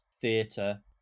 theatre